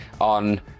on